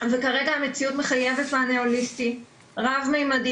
וכרגע המציאות מחייבת מענה הוליסטי רב ממדי,